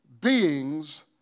beings